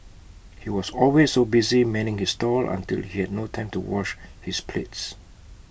he was always so busy manning his stall until he had no time to wash his plates